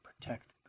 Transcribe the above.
protect